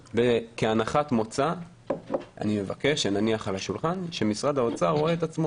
כהנחת מוצא אני מבקש שנניח על השולחן שמשרד האוצר רואה את עצמו